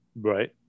Right